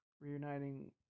reuniting